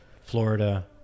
florida